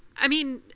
i mean,